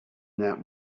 that